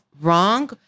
wrong